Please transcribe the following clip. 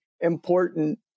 important